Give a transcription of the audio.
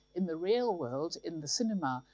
in the real world, in the cinema,